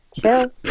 chill